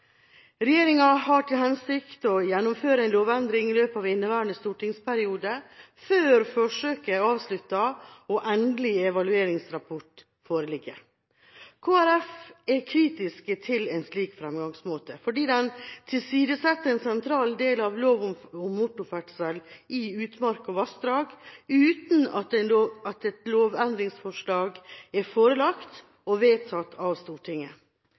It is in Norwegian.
Regjeringa har til hensikt å gjennomføre en lovendring i løpet av inneværende stortingsperiode, før forsøket er avsluttet og endelig evalueringsrapport foreligger. Kristelig Folkeparti er kritisk til en slik fremgangsmåte, fordi den tilsidesetter en sentral del av lov om motorferdsel i utmark og vassdrag, uten at et lovendringsforslag er forelagt og vedtatt av Stortinget.